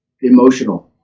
emotional